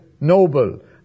noble